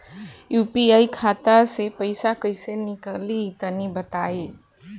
UPI खाता से पइसा कइसे निकली तनि बताई?